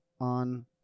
on